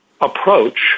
approach